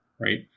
right